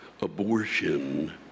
abortion